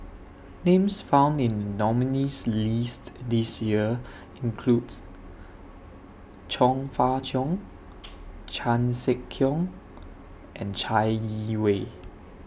Names found in The nominees' list This Year include Chong Fah Cheong Chan Sek Keong and Chai Yee Wei